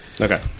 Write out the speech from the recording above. Okay